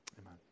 amen